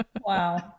Wow